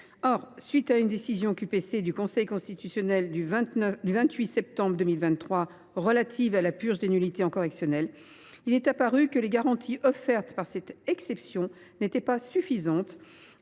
la suite d’une décision QPC du Conseil constitutionnel du 28 septembre 2023 relative à la purge des nullités en matière correctionnelle, il est apparu que les garanties offertes par cette exception n’étaient pas suffisantes